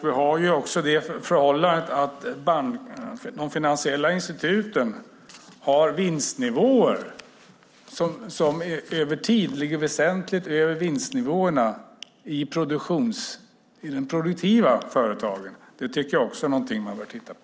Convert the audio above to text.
Vi har också det förhållandet att de finansiella instituten har vinstnivåer som över tid ligger väsentligt över vinstnivåerna i produktionsföretagen. Det tycker jag också är någonting som man bör titta på.